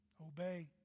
obey